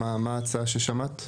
מה ההצעה ששמעת?